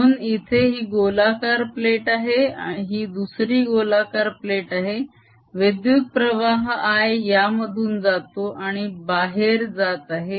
म्हणून इथे ही गोलाकार प्लेट आहे ही दुसरी गोलाकार प्लेट आहे विद्युत प्रवाह I यामधून जातो आहे आणि बाहेर जात आहे